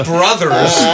Brothers